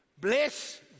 bless